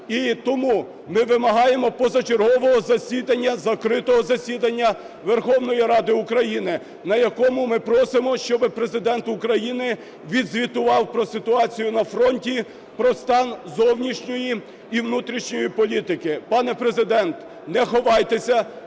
І тому ми вимагаємо позачергового засідання, закритого засідання Верховної Ради України, на якому ми просимо, щоб Президент України відзвітував про ситуацію на фронті, про стан зовнішньої і внутрішньої політики. Пане Президенте, не ховайтеся,